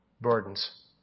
burdens